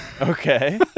Okay